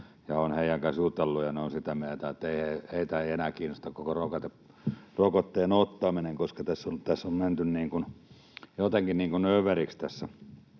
ja olen heidän kanssaan jutellut, ja he ovat sitä mieltä, että heitä ei enää kiinnosta koko rokotteen ottaminen, koska on menty jotenkin överiksi tässä